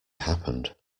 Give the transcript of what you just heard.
happened